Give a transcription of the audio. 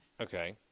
Okay